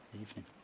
Evening